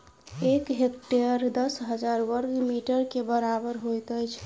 एक हेक्टेयर दस हजार बर्ग मीटर के बराबर होइत अछि